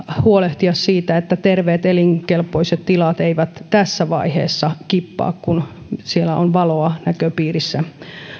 huolehtia siitä että terveet elinkelpoiset tilat eivät tässä vaiheessa kippaa kun siellä on valoa näköpiirissä